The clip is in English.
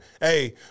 Hey